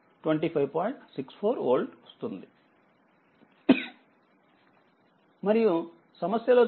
64 volt వస్తుంది మరియు సమస్య లో చూస్తే VThevenin 3Vx అవుతుంది